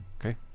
okay